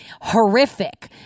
horrific